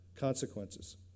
consequences